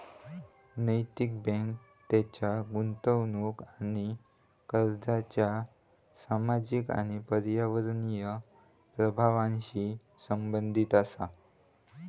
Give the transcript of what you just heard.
नैतिक बँक तिच्या गुंतवणूक आणि कर्जाच्या सामाजिक आणि पर्यावरणीय प्रभावांशी संबंधित असा